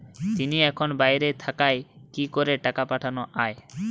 তিনি এখন বাইরে থাকায় কি করে টাকা পাঠানো য়ায়?